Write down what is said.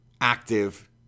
active